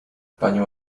panie